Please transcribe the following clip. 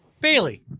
Bailey